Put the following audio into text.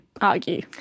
argue